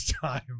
time